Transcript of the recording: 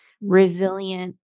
resilient